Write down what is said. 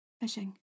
fishing